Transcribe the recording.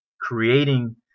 creating